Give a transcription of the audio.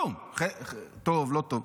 כלום, טוב, לא טוב,